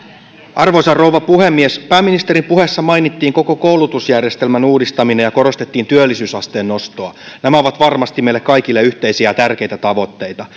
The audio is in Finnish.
arvoisa rouva puhemies pääministerin puheessa mainittiin koko koulutusjärjestelmän uudistaminen ja korostettiin työllisyysasteen nostoa nämä ovat varmasti meille kaikille yhteisiä ja tärkeitä tavoitteita